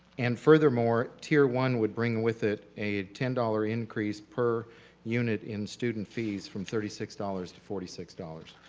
and furthermore, tier one would bring with it a ten dollar increase per unit in student fees from thirty six dollars to forty six dollars.